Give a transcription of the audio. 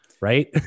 Right